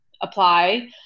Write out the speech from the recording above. apply